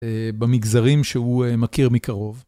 במגזרים שהוא מכיר מקרוב.